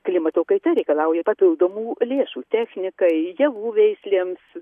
klimato kaita reikalauja papildomų lėšų technikai javų veislėms